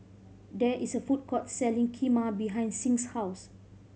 there is a food court selling Kheema behind Sing's house